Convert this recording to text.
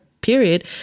period